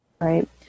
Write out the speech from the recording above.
Right